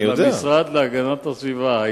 המשרד להגנת הסביבה,